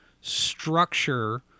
structure